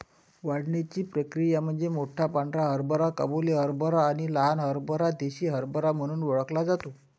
वाढण्याची प्रक्रिया म्हणजे मोठा पांढरा हरभरा काबुली हरभरा आणि लहान हरभरा देसी हरभरा म्हणून ओळखला जातो